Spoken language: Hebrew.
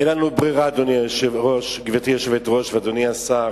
אין לנו ברירה, גברתי היושבת-ראש ואדוני השר,